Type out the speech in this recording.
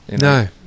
no